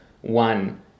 one